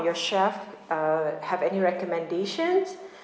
your chef uh have any recommendations